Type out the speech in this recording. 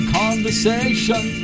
conversation